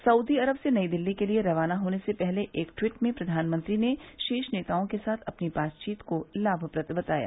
Saudi अरब से नई दिल्ली के लिए रवाना होने से पहले एक ट्वीट में प्रधानमंत्री ने शीर्ष नेताओं के साथ अपनी बातचीत को लाभप्रद बताया